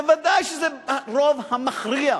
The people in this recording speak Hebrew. בוודאי שזה הרוב המכריע.